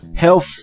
health